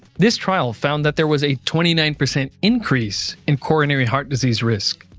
this trial found that. there was a twenty nine percent increase in coronary heart disease risk.